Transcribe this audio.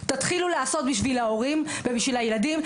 תתחילו לעשות בשביל ההורים ובשביל הילדים,